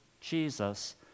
Jesus